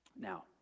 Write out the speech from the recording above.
Now